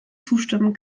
zustimmen